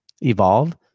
evolve